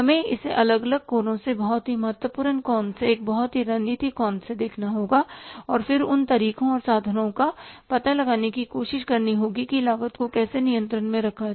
हमें इसे अलग अलग कोणों से बहुत ही महत्वपूर्ण कोण सेएक बहुत ही रणनीतिक कौण से देखना होगा और फिर उन तरीकों और साधनों का पता लगाने की कोशिश करनी होगी कि लागत को कैसे नियंत्रण में रखा जाए